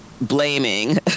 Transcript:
blaming